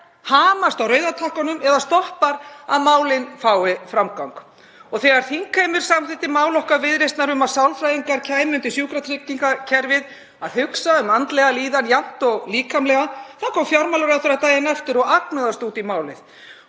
hamast á rauða takkanum eða stoppar að málin fái framgang. Þegar þingheimur samþykkti mál okkar Viðreisnar um að sálfræðingar kæmu undir sjúkratryggingakerfið, það yrði hugsað um andlega líðan jafnt á við líkamlega, þá kom fjármálaráðherra daginn eftir og agnúaðist út í málið.